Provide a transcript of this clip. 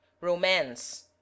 romance